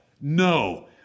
No